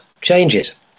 changes